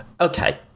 okay